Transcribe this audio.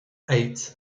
eight